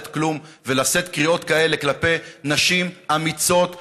כלום ולשאת קריאות כאלה כלפי נשים אמיצות,